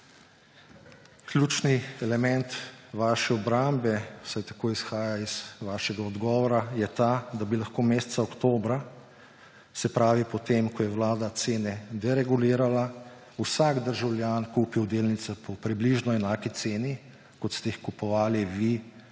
Ključni element vaše obrambe, vsaj tako izhaja iz vašega odgovora, je ta, da bi lahko meseca oktobra, se pravi po tem, ko je vlada cene deregulirala, vsak državljan kupil delnice po približno enaki ceni, kot ste jih kupovali vi